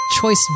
Choice